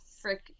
frick